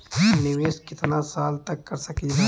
निवेश कितना साल तक कर सकीला?